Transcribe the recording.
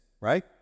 right